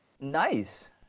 Nice